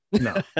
No